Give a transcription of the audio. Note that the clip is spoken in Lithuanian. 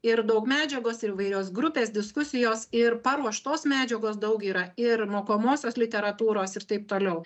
ir daug medžiagos ir įvairios grupės diskusijos ir paruoštos medžiagos daug yra ir mokomosios literatūros ir taip toliau